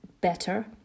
better